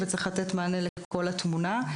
וצריך לתת מענה לכל התמונה.